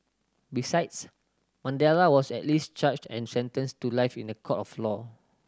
besides Mandela was at least charged and sentenced to life in a court of law